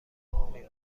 توانی